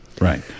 Right